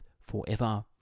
forever